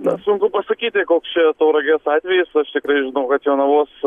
na sunku pasakyti koks čia tauragės atvejis aš tikrai žinau kad jonavos